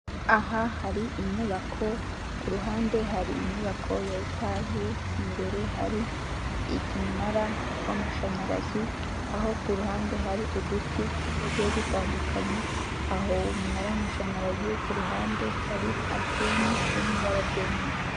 Aha hari inyubako ku ruhande hari inyubako ya etaje, imbere hari umunara w'amashanyarazi ,aho ku ruhande hari uduti tugiye dutandukanye, aho umunara w'amashanyarazi, ku ruhande hari anteni iri mu ibara ry'umweru.